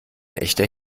echter